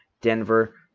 Denver